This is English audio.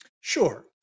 Sure